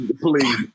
Please